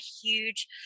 huge